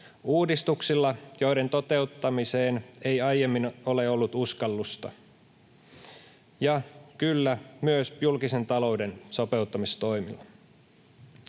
uudistuksilla, joiden toteuttamiseen ei aiemmin ole ollut uskallusta, ja kyllä, myös julkisen talouden sopeuttamistoimilla.